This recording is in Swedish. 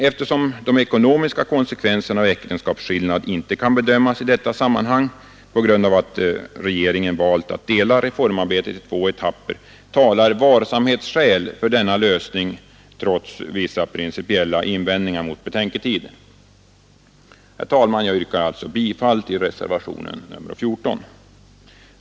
Eftersom de ekonomiska konsekvenserna av äktenskapsskillnad inte kan bedömas i detta sammanhang på grund av att regeringen valt att dela reformarbetet i två etapper talar varsamhetsskäl för denna lösning trots vissa principiella invändningar mot betänketid. Herr talman! Jag yrkar alltså bifall till reservationen 14.